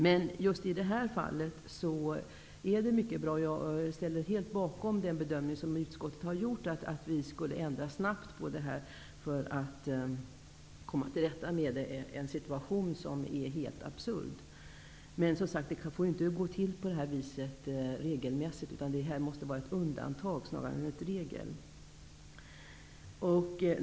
Men just i detta fall är det mycket bra att göra det, och jag ställer mig helt bakom den bedömning som utskottet har gjort om att vi snabbt skall ändra på detta för att komma till rätta med en situation som är helt absurd. Men det får inte gå till på detta sätt regelmässigt, utan detta måste vara ett undantag snarare än en regel.